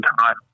time